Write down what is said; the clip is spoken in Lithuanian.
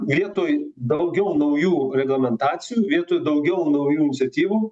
lietuvai daugiau naujų reglamentacijų vietoj daugiau naujų iniciatyvų